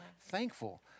thankful